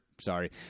Sorry